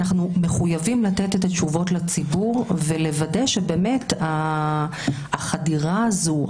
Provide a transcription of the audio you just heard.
לתת את התשובות לציבור ולוודא שבאמת החדירה הזו,